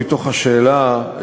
מתוך השאלה,